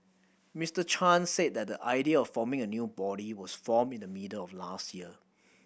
Mister Chan said that the idea of forming a new body was formed in the middle of last year